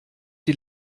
die